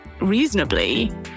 reasonably